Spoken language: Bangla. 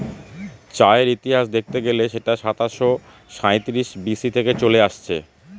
চায়ের ইতিহাস দেখতে গেলে সেটা সাতাশো সাঁইত্রিশ বি.সি থেকে চলে আসছে